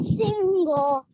single